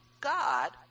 God